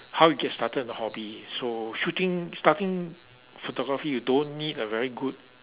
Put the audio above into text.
how you get started on a hobby so shooting starting photography you don't need a very good